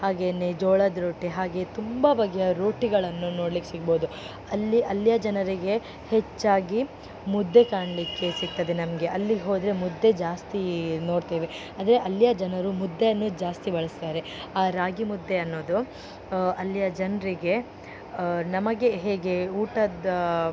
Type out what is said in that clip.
ಹಾಗೆಯೇ ಜೋಳದ ರೋಟಿ ಹಾಗೇ ತುಂಬ ಬಗೆಯ ರೋಟಿಗಳನ್ನು ನೋಡ್ಲಿಕ್ಕೆ ಸಿಗ್ಬೋದು ಅಲ್ಲಿ ಅಲ್ಲಿಯ ಜನರಿಗೆ ಹೆಚ್ಚಾಗಿ ಮುದ್ದೆ ಕಾಣಲಿಕ್ಕೆ ಸಿಕ್ತದೆ ನಮಗೆ ಅಲ್ಲಿಗೆ ಹೋದರೆ ಮುದ್ದೆ ಜಾಸ್ತಿ ನೋಡ್ತೇವೆ ಅಂದರೆ ಅಲ್ಲಿಯ ಜನರು ಮುದ್ದೆಯನ್ನು ಜಾಸ್ತಿ ಬಳಸ್ತಾರೆ ಆ ರಾಗಿ ಮುದ್ದೆ ಅನ್ನೋದು ಅಲ್ಲಿಯ ಜನರಿಗೆ ನಮಗೆ ಹೇಗೆ ಊಟದ